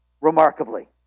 remarkably